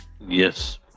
Yes